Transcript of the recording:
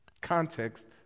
Context